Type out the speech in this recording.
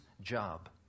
job